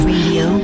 Radio